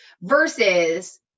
Versus